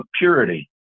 Purity